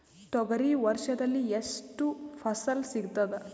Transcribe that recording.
ತೊಗರಿ ವರ್ಷದಲ್ಲಿ ಎಷ್ಟು ಫಸಲ ಸಿಗತದ?